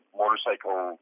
motorcycle